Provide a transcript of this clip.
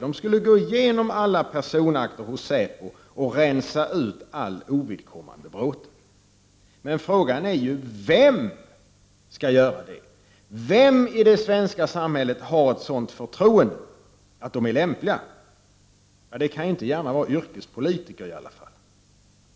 De skulle gå igenom alla personakter hos säpo och rensa ut all ovidkommande bråte. Men frågan är ju: Vem skall göra det? Vem i det svenska samhället har ett sådant förtroende att vederbörande är lämplig? Det kan inte gärna vara yrkespolitiker i alla fall.